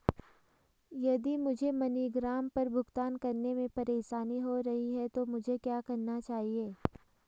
यदि मुझे मनीग्राम पर भुगतान करने में परेशानी हो रही है तो मुझे क्या करना चाहिए?